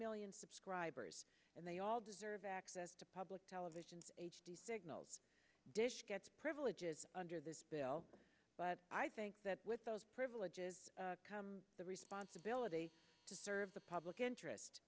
million subscribers and they all deserve access to public television's h d signals dish gets privileges under this bill but i think that with those privileges comes the responsibility to serve the public interest